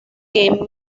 que